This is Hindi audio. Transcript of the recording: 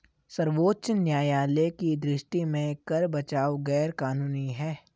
सर्वोच्च न्यायालय की दृष्टि में कर बचाव गैर कानूनी है